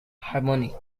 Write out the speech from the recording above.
harmony